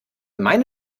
meine